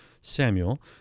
Samuel